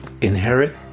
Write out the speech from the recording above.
inherit